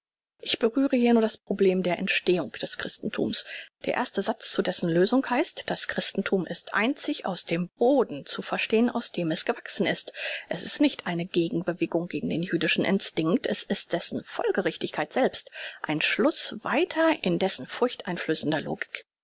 ich berühre hier nur das problem der entstehung des christentums der erste satz zu dessen lösung heißt das christenthum ist einzig aus dem boden zu verstehn aus dem es gewachsen ist es ist nicht eine gegenbewegung gegen den jüdischen instinkt es ist dessen folgerichtigkeit selbst ein schluß weiter in dessen furchteinflößender logik